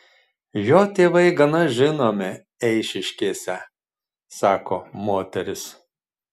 jo tėvai gana žinomi eišiškėse sako moteris